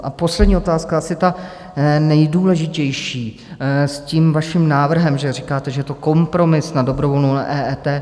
A poslední otázka, asi ta nejdůležitější s tím vaším návrhem, že říkáte, že je to kompromis na dobrovolnou EET.